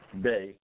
Bay